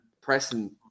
pressing